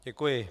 Děkuji.